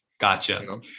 Gotcha